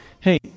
Hey